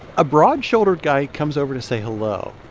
a broad-shouldered guy comes over to say hello.